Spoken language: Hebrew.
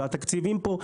והתקציבים פה,